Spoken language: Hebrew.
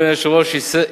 אדוני היושב-ראש,